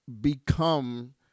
become